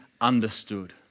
understood